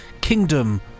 Kingdom